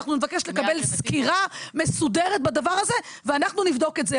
אנחנו נרצה לקבל סקירה מסודרת בדבר הזה ואנחנו נבדוק את זה,